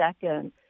second